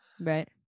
right